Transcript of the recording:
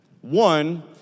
One